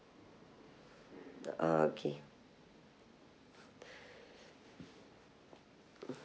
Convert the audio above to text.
oh okay